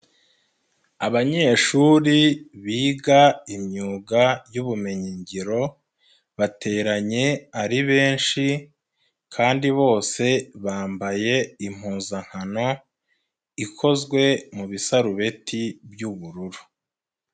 Abanyeshuri biga imyuga y'ubumenyingiro bateranye ari benshi kandi bose bambaye impuzankano ikozwe mu bisarubeti by'ubururu.